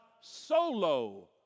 solo